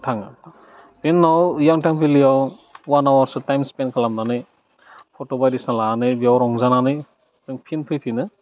थाङो बेनि उनाव यांटां भेलियाव अवान आवारसो टाइम स्पेन्ड खालामनानै फट' बायदिसिना लानानै बेयाव रंजानानै जों फिन फैफिनो